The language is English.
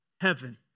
heaven